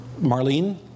Marlene